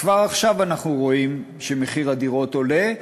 וכבר עכשיו אנחנו רואים שמחיר הדירות עולה,